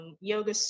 yoga